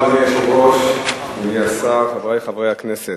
אדוני היושב-ראש, אדוני השר, חברי חברי הכנסת,